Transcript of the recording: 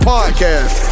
Podcast